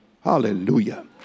Hallelujah